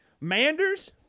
Manders